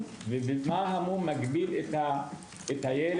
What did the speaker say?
המום ואיך המום מגביל את הילד,